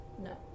no